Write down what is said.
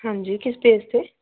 ਹਾਂਜੀ ਕਿਸ ਸਟੇਜ 'ਤੇ